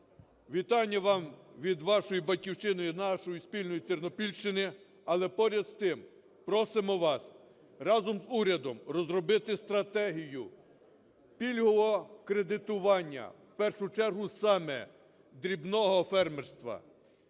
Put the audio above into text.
вітання вам від вашої батьківщини і нашої спільної Тернопільщини. Але поряд з тим просимо вас разом з урядом розробити стратегію пільгового кредитування, в першу чергу саме дрібного фермерства,